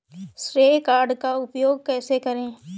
श्रेय कार्ड का उपयोग कैसे करें?